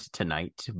tonight